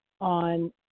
on